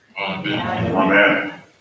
Amen